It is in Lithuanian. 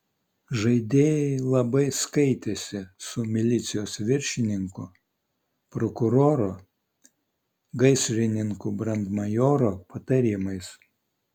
žaidėjai labai skaitėsi su milicijos viršininko prokuroro gaisrininkų brandmajoro patarimais